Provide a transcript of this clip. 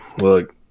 Look